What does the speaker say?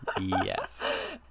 Yes